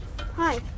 Hi